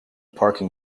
parking